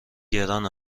گران